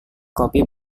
kopi